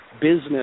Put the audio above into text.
business